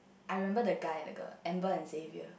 I remember the guy and the girl Amber and Xavier